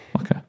Okay